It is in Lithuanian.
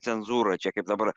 cenzūrą čia kaip dabar